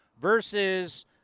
versus